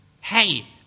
Hey